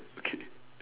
okay